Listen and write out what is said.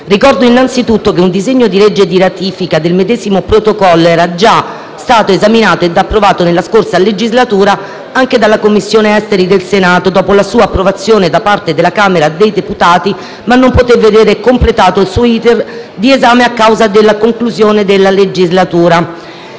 Ricordo innanzitutto che un disegno di legge di ratifica del medesimo Protocollo era già stato esaminato ed approvato nella scorsa legislatura anche dalla Commissione affari esteri del Senato, dopo la sua approvazione da parte della Camera dei deputati, ma non poté vedere completato il suo *iter* di esame a causa della conclusione della legislatura.